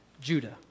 Judah